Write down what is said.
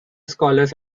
scholars